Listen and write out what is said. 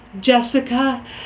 Jessica